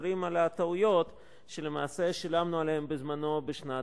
חוזרים על הטעויות שלמעשה שילמנו עליהן בזמנו בשנת